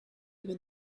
even